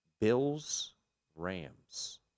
Bills-Rams